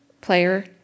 player